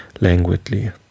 languidly